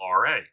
RA